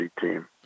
team